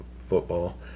football